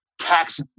tax